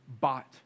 bought